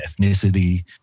ethnicity